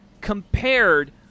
compared